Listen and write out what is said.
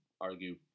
argue